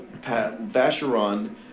Vacheron